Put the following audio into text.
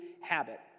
habit